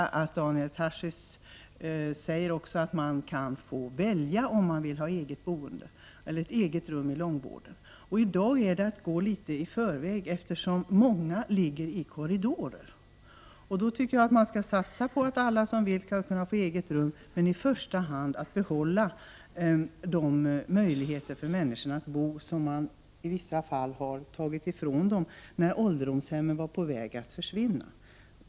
Jag vill tacka Daniel Tarschys för att han säger att man kan få välja om man vill ha eget rum eller ej i långvården. Hans uttalande innebär att han går före utvecklingen, eftersom många människor i dag ligger i korridorer. Vi skall satsa på att alla som vill skall få eget rum, men i första hand skall vi låta människor behålla möjligheten att bo på ålderdomshem — en möjlighet som på en del håll togs ifrån de gamla då ålderdomshemmen var på väg att försvinna.